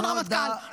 אדון רמטכ"ל.